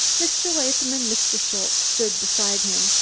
mr. latham and mr. schultze stood beside him,